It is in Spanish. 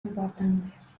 importantes